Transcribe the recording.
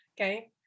okay